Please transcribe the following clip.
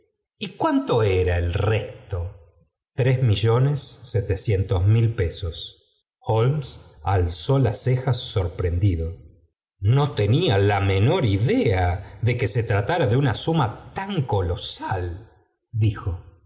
y cuánto era el resto f j tree millones setecientos mil pesos a colmes alzó las cejas sorprendido no tenía la menor idea de que se tratara de una suma tan colosal dijo